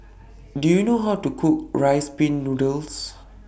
Do YOU know How to Cook Rice Pin Noodles